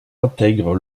intègre